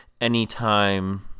anytime